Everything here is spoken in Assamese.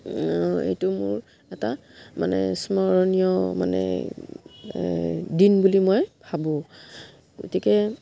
এইটো মোৰ এটা মানে স্মৰণীয় মানে এই দিন বুলি মই ভাবোঁ গতিকে